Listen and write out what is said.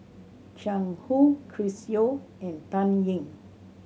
Jiang Hu Chris Yeo and Dan Ying